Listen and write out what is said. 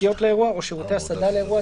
ותשתיות לאירוע או שירותי הסעדה לאירוע,